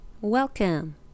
welcome